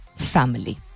family